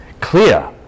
clear